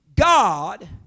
God